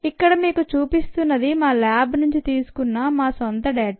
ఇక్కడ మీకు చూపిస్తున్నది మా ల్యాబ్ నుంచి తీసుకున్న మా సొంత డేటా